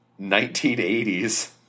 1980s